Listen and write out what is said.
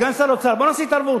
סגן שר האוצר, בוא נעשה התערבות.